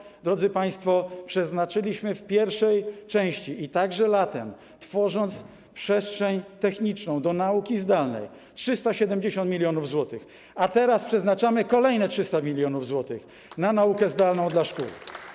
Dlatego, drodzy państwo, przeznaczyliśmy w pierwszej części, i także latem, tworząc przestrzeń techniczną do nauki zdalnej, 370 mln zł, a teraz przeznaczamy kolejne 300 mln zł na naukę zdalną dla szkół.